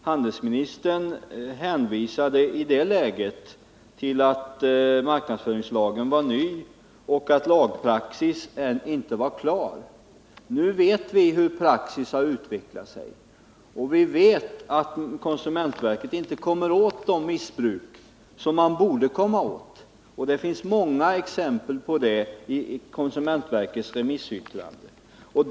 Handelsministern hänvisade i det läget till att marknadsföringslagen var ny och att lagpraxis inte hade utvecklats. Nu vet vi hur den har utvecklat sig, och vi vet att konsumentverket inte kommer åt det missbruk som verket borde komma åt. Det finns många exempel på det i verkets remissyttrande.